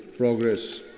progress